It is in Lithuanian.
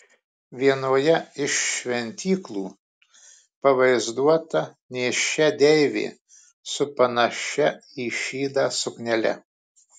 vienoje iš šventyklų pavaizduota nėščia deivė su panašia į šydą suknele